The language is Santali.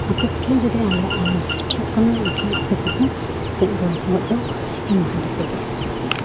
ᱟᱯᱮ ᱠᱚᱴᱷᱮᱱ ᱡᱩᱫᱤ ᱟᱞᱮᱭᱟᱜ ᱟᱣᱟᱡ ᱥᱮᱴᱮᱨᱚᱜ ᱠᱟᱱᱟ ᱮᱱᱠᱷᱟᱱ ᱟᱯᱮ ᱠᱚᱦᱚᱸ ᱠᱟᱹᱡ ᱜᱚᱲᱚ ᱥᱚᱯᱚᱦᱚᱫ ᱫᱚ ᱮᱢᱟᱞᱮᱯᱮ ᱜᱮ